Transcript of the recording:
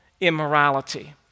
immorality